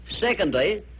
Secondly